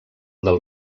del